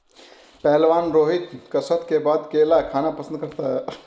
पहलवान रोहित कसरत के बाद केला खाना पसंद करता है